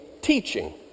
teaching